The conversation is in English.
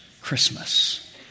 Christmas